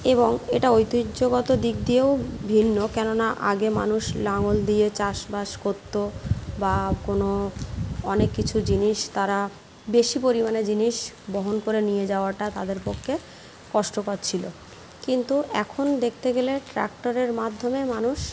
এবং এটা ঐতিহ্যগত দিক দিয়েও ভিন্ন কেননা আগে মানুষ লাঙল দিয়ে চাষ বাস করতো বা কোনো অনেক কিছু জিনিস তারা বেশি পরিমাণে জিনিস বহন করে নিয়ে যাওয়াটা তাদের পক্ষে কষ্টকর ছিলো কিন্তু এখন দেখতে গেলে ট্রাক্টরের মাধ্যমে মানুষ